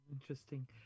Interesting